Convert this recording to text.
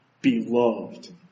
beloved